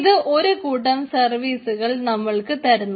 ഇത് ഒരു കൂട്ടം സർവീസുകൾ നമ്മൾക്ക് തരുന്നു